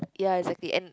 ya exactly and